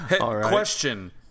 question